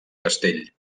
castell